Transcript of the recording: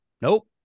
Nope